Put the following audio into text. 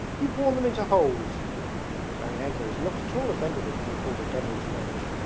you've worn them into holes maryanka is not at all offended at being called a devil's wench,